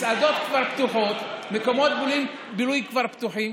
מסעדות כבר פתוחות, מקומות בילוי כבר פתוחים.